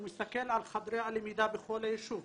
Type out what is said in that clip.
הוא מסתכל על חדרי הלמידה בכל היישוב.